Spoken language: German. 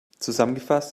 zusammengefasst